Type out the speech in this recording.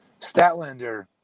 Statlander